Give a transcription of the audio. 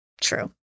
true